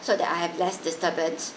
so that I have less disturbance